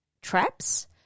traps